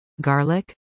garlic